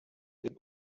den